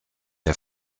der